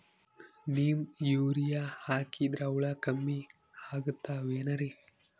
Neem urea ಹಾಕದ್ರ ಹುಳ ಕಮ್ಮಿ ಆಗತಾವೇನರಿ?